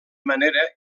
manera